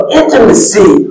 intimacy